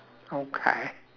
okay